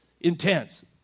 Intense